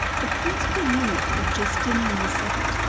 the principal eunuch of justinian the second,